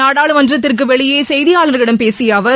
நாடாளுமன்றத்திற்கு வெளியே செய்தியாளர்களிடம் பேசிய அவர்